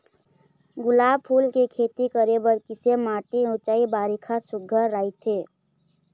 गुलाब फूल के खेती करे बर किसे माटी ऊंचाई बारिखा सुघ्घर राइथे?